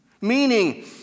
Meaning